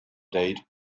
date